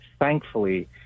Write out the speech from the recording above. thankfully